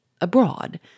abroad